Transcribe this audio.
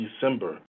December